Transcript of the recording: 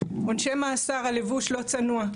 עונשי מאסר על לבוש לא צנוע,